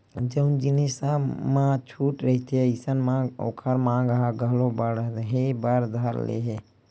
जउन जिनिस म छूट रहिथे अइसन म ओखर मांग ह घलो बड़हे बर धर लेथे